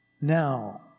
Now